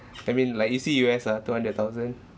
I mean like you see U_S ah two hundred thousand